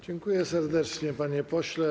Dziękuję serdecznie, panie pośle.